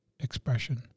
expression